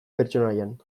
pertsonaian